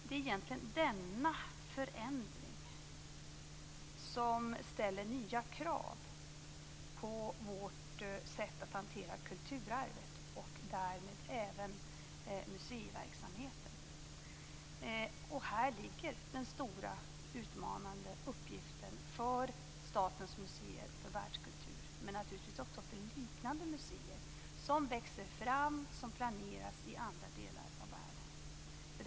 Det är egentligen denna förändring som ställer nya krav på vårt sätt att hantera kulturarvet och därmed även museiverksamheten. Här ligger den stora utmanande uppgiften för Statens museer för världskultur, men naturligtvis också för liknande museer som planeras och växer fram i andra delar av världen.